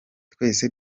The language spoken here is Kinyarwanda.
twese